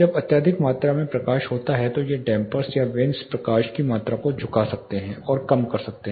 जब अत्यधिक मात्रा में प्रकाश होता है तो ये डैम्पर्स या वेन्स प्रकाश की मात्रा को झुका सकते हैं और कम कर सकते हैं